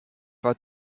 war